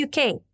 UK